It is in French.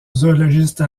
zoologiste